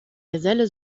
geselle